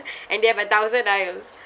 and they have a thousand aisles